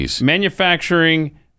manufacturing